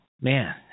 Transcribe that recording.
man